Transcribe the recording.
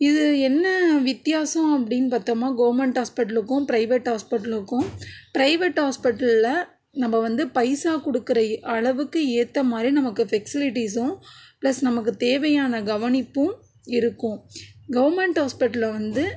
இது என்ன வித்தியாசம் அப்படின்னு பார்த்தோம்னா கவர்மெண்ட் ஹாஸ்பிட்டல்க்கும் பிரைவேட் ஹாஸ்பிட்டல்க்கும் பிரைவேட் ஹாஸ்பிட்டலில் நம்ப வந்து பைசா கொடுக்குற அளவுக்கு ஏற்ற மாதிரி நமக்கு ஃபெசிலிட்டிஸும் பிளஸ் நமக்கு தேவையான கவனிப்பும் இருக்கும் கவர்மெண்ட் ஹாஸ்பிட்டலில் வந்து